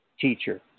teacher